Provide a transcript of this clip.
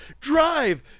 drive